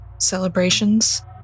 celebrations